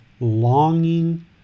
longing